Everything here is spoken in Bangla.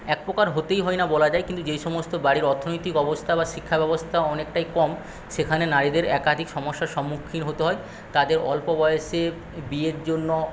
এক প্রকার হতেই হয় না বলা যায় কিন্তু যেই সমস্ত বাড়ির অর্থনৈতিক অবস্থা বা শিক্ষা ব্যবস্থা অনেকটাই কম সেখানে নারীদের একাধিক সমস্যার সম্মুখীন হতে হয় তাদের অল্প বয়সে বিয়ের জন্য